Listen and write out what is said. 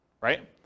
right